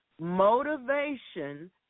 motivation